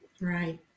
Right